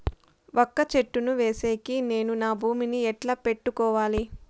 వక్క చెట్టును వేసేకి నేను నా భూమి ని ఎట్లా పెట్టుకోవాలి?